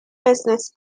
business